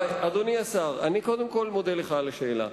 אדוני השר, אני קודם כול מודה לך על השאלה.